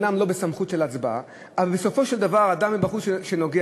אומנם לא סמכות של הצבעה אבל בסופו של דבר מביאים אדם מבחוץ שנוגע.